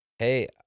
Hey